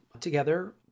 together